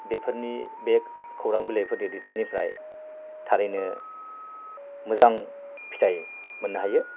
बेफोरनि बे खौरां बिलाइफोरनि दैथायनिफ्राय थारैनो मोजां फिथाय मोननो हायो